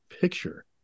picture